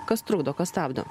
kas trukdo kas stabdo